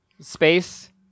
space